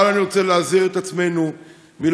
אבל אני רוצה להזהיר את עצמנו מלחשוב